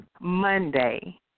Monday